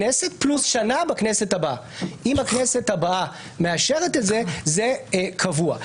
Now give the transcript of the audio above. אם זה לא היה הביטחון שלנו, זה היה מצחיק.